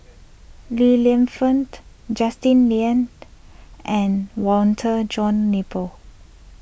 Li Lienfung Justin Lean and Walter John Napier